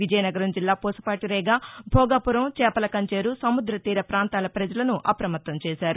విజయనగరం జిల్లా పూసపాటిరేగ భోగాపురం చేపల కంచేరు సముద్ర తీర పాంతాల ప్రజలను అప్రమత్తం చేశారు